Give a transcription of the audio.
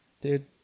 Dude